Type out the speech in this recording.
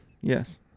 yes